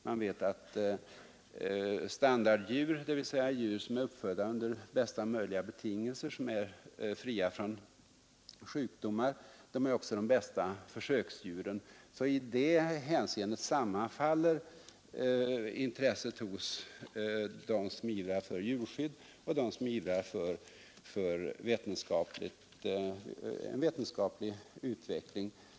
Man vet att standarddjur, dvs. djur som är uppfödda under bästa möjliga betingelser och är fria från sjukdomar, också är de bästa försöksdjuren. I det hänseendet sammanfaller intresset hos dem som ivrar för djurskydd och hos dem som ivrar för en vetenskaplig utveckling.